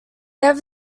have